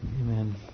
Amen